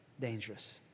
dangerous